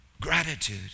gratitude